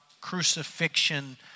crucifixion